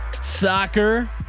soccer